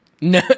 No